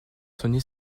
sonner